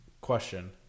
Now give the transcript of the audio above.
Question